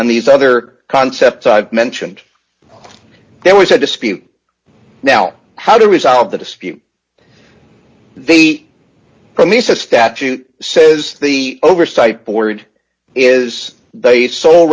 and these other concepts i've mentioned there was a dispute now how to resolve the dispute the premise of statute says the oversight board is they sol